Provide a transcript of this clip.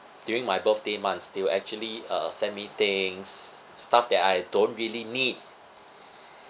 during my birthday months they will actually uh send me things stuff that I don't really need